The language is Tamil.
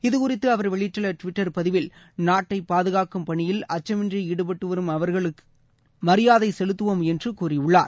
இது குறித்து அவர் வெளியிட்டுள்ள டுவிட்டர் பதிவில் நாட்டை பாதுகாக்கும் பணியில் அச்சமின்றி ஈடுபட்டு வரும் அவர்களுக்கு மரியாதை செலுத்தவோம் என்று கூறியுள்ளார்